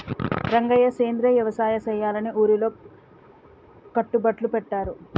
రంగయ్య సెంద్రియ యవసాయ సెయ్యాలని ఊరిలో కట్టుబట్లు పెట్టారు